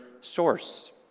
source